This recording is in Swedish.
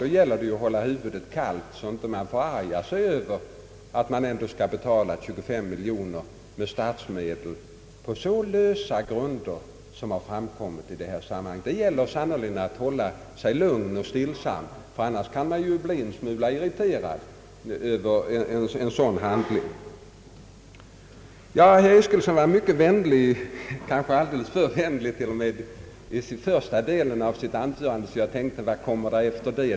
Då gäller det att hålla huvudet kallt, så att man inte förargar sig över att man skall betala 23 miljoner kronor med statsmedel på så lösa grunder som framkommit i detta sammanhang. Det gäller sannerligen att hålla sig lugn och stillsam, ty annars kan man bli en smula irriterad över en sådan sak. Herr Eskilsson var mycket vänlig, kanske alldeles för vänlig, i första delen av sitt anförande. Jag undrade därför vad som skulle komma efteråt.